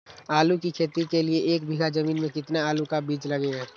आलू की खेती के लिए एक बीघा जमीन में कितना आलू का बीज लगेगा?